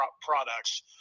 products